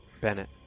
Bennett